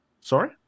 Sorry